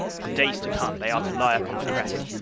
for days to come they are to lie upon the crest,